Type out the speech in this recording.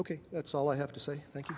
ok that's all i have to say thank you